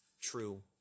true